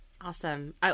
Awesome